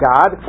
God